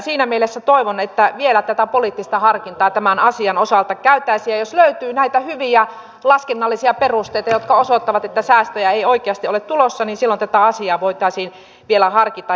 siinä mielessä toivon että vielä tätä poliittista harkintaa tämän asian osalta käytettäisiin ja jos löytyy hyviä laskennallisia perusteita jotka osoittavat että säästöjä ei oikeasti ole tulossa niin silloin tätä asiaa voitaisiin vielä harkita